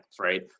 right